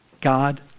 God